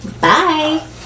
Bye